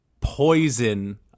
poison